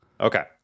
Okay